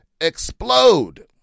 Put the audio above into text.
explode